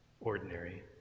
ordinary